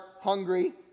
hungry